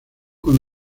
con